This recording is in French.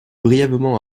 brièvement